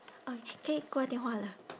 okay 可以挂电话了